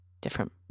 different